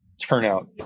Turnout